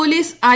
police I